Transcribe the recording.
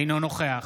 אינו נוכח